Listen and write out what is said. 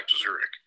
Zurich